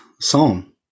psalm